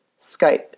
Skype